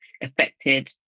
Affected